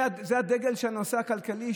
זה הדגל של הנושא הכלכלי,